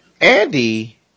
Andy